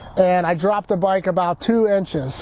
and i dropped the bike about two inches